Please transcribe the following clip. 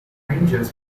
rangers